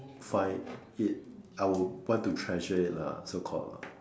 find it I would want to treasure it lah so called ah